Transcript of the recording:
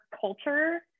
culture